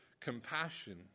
compassion